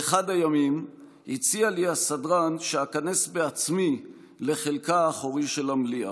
באחד הימים הציע לי הסדרן שאיכנס בעצמי לחלקה האחורי של המליאה.